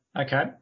okay